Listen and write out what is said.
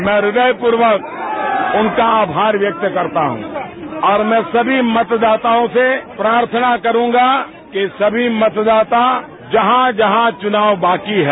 मैं हृदय पूर्वक उनका आभार व्यक्ता करता हूँ और मैं सभी मतदाताओं से प्रार्थना करूंगा कि सभी मतदाता जहाँ जहाँ चुनाव बाकी हैं